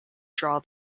draw